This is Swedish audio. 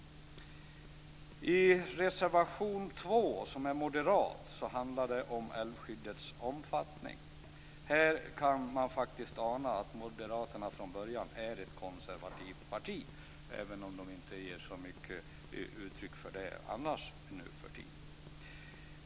I reservation 2, som är en moderatmotion, handlar det om älvskyddets omfattning. Här kan man faktiskt ana att Moderaterna från början är ett konservativt parti, även om de inte ger så mycket uttryck för det annars nuförtiden.